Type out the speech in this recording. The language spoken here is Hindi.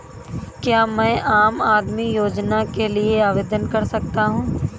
क्या मैं आम आदमी योजना के लिए आवेदन कर सकता हूँ?